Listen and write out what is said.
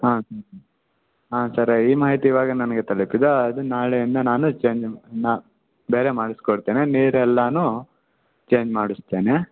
ಹಾಂ ಹಾಂ ಸರಿ ಈ ಮಾಹಿತಿ ಇವಾಗ ನನಗೆ ತಲುಪಿದೆ ಅದು ನಾಳೆಯಿಂದ ನಾನು ಚೇಂಜ್ ಮಾ ಬೇರೆ ಮಾಡಿಸ್ಕೊಡ್ತೇನೆ ನೀರೆಲ್ಲಾನು ಚೇಂಜ್ ಮಾಡಿಸ್ತೇನೆ